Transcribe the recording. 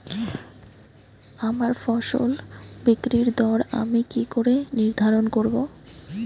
আমার ফসল বিক্রির দর আমি কি করে নির্ধারন করব?